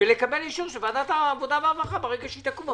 ולקבל אישור של ועדת העבודה והרווחה ברגע שהיא תקום,